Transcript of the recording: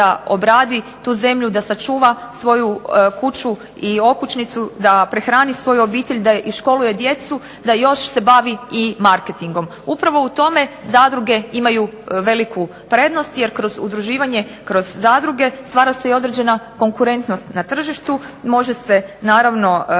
da obradi tu zemlju, da sačuva svoju kuću i okućnicu, da prehrani svoju obitelj, da iškoluje djecu, da još se bavi i marketingom. Upravo u tome zadruge imaju veliku prednost, jer kroz udruživanje kroz zadruge stvara se i određena konkurentnost na tržištu. Može se naravno ostvariti